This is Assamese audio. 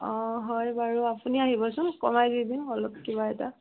অঁ হয় বাৰু আপুনি আহিবচোন কমাই দি দিম অলপ কিবা এটা